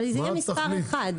אבל זה יהיה מספר אחד,